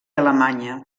alemanya